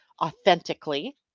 authentically